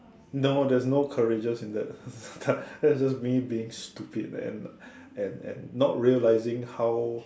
no there's no courageous in that that that's just me being stupid man and and and not realizing how